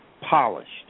polished